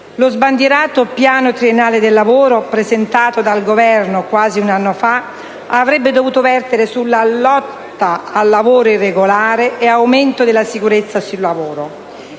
Lo sbandierato Piano triennale del lavoro presentato dal Governo quasi un anno fa avrebbe dovuto vertere sulla lotta al lavoro irregolare e sull'aumento della sicurezza sul lavoro.